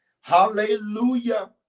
Hallelujah